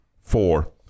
Four